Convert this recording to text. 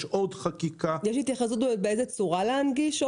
יש התייחסות באיזו צורה להנגיש?